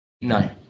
No